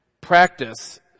Practice